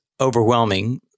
overwhelming